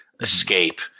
escape